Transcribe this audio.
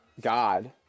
God